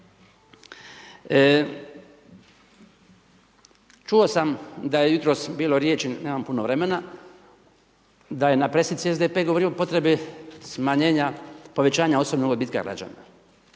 Čuo sam da je jutros bilo riječi, nemam puno vremena, da je na pressici SDP govorio potrebe smanjenja, povećanja osobnog odbitka građana,